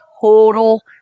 total